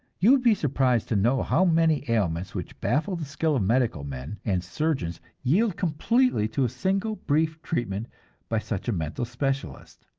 you would be surprised to know how many ailments which baffle the skill of medical men and surgeons yield completely to a single brief treatment by such a mental specialist.